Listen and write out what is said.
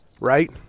Right